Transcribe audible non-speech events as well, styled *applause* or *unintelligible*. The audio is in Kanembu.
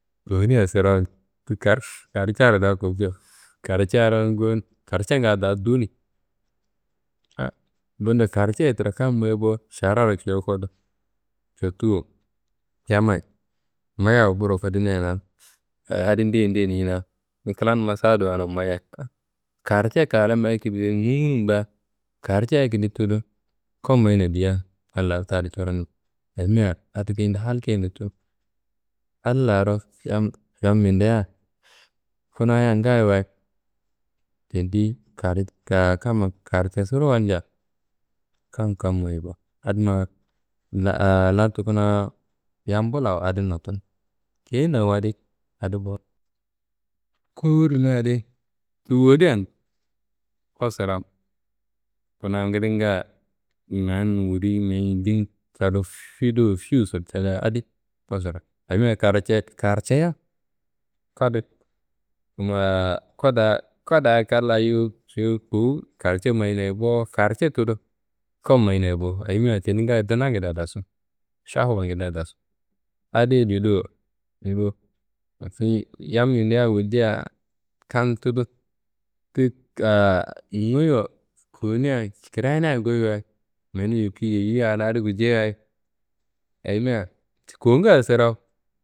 Kowuniya sirawu. Ti *unintelligible* Kaarcaroyi ngowon, karcenga da duniyi. Ah bundo karceyi tra kam mayi bo. Šararo ciyia kodu, cottuwo yammayi Mayiyaro burowo kodinena *hesitation* adi ndeyedi ndeyedi njinayi ni klanummma saduwa no Mayiyayi. Karce kaala *unintelligible* nungunumba, karce akedi tudu kua mayina diyea adi lartadi coron ayimia adi keyende hal keyende tunu. Adi laaro yam, yam mindea, kunaya ngaaye wayi tendiyi *hesitation* kamma kaarcesuro walja kam kam mayi bo. Adi ma la- lartu kuna yam bullawa adi nottunu, keyendewa adi, adi bo. Kowu rimia adi ti wolian kuwa sirawu, kuna ngilinga mewu n wuri n mewu n yindi n cadu fido fiwuso cadia adi kuwa sirawu ayimia *hesitation* kaarceya *hesitation* kuwa da kuwa da kam laa yuwu cuyu kowu kaarce mayinaye bo, kaarce tudu kuwa mayinaye bo, ayimia tendi ngaaye dinangedea dasu, šahawangedea dasu. Adiyi juduwo *hesitation* seyiyi yam mindea guljeia kam tudu *hesitation* nuyiwo kowunia kirayinayi goyi wayi menu yuku yeyiyia a la adi guljeiayi ayimia kowunga sirawu.